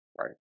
Right